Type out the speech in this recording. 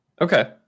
Okay